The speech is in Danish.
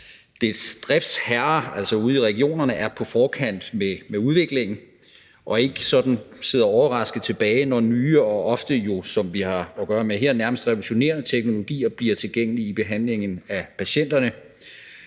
dets driftsherrer ude i regionerne er på forkant med udviklingen og ikke sidder overrasket tilbage, når nye og ofte, som vi har at gøre med her, nærmest revolutionerende teknologier bliver tilgængelige i behandlingen af patienterne,